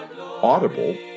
Audible